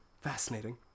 Fascinating